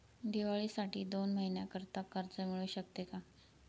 दिवाळीसाठी दोन महिन्याकरिता कर्ज मिळू शकते का?